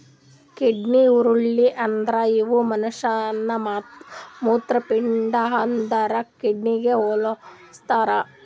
kidney ಹುರುಳಿ ಅಂದುರ್ ಇವು ಮನುಷ್ಯನ ಮೂತ್ರಪಿಂಡ ಅಂದುರ್ ಕಿಡ್ನಿಗ್ ಹೊಲುಸ್ತಾರ್